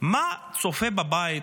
מה צופה בבית,